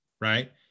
right